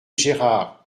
gérard